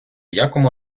якому